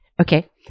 Okay